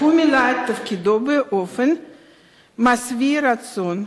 תפקידו באופן משביע רצון.